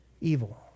Evil